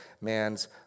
man's